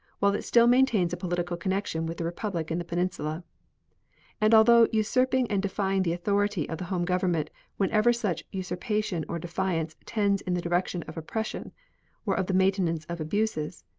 while it still maintains a political connection with the republic in the peninsula and although usurping and defying the authority of the home government whenever such usurpation or defiance tends in the direction of oppression or of the maintenance of abuses,